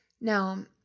Now